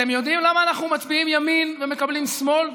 רגע,